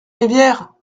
rivière